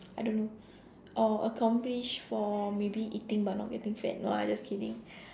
I don't know or accomplished for maybe eating but not getting fat no lah just kidding